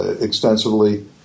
Extensively